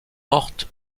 mortes